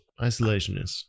Isolationist